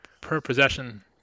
per-possession